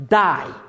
die